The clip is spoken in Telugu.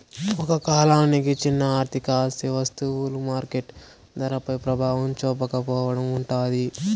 ఒక కాలానికి చిన్న ఆర్థిక ఆస్తి వస్తువులు మార్కెట్ ధరపై ప్రభావం చూపకపోవడం ఉంటాది